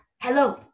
hello